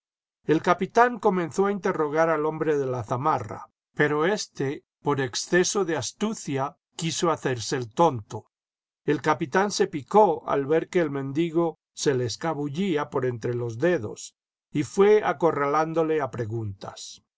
el capitán comenzó a interrogar al hombre de la zamarra pero éste por exceso de astucia quiso hacerse el tonto el capitán se picó al ver que el mendigo se le escabullía por entre los dedos y fué acorralándole a preguntas